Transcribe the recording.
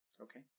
Okay